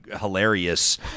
hilarious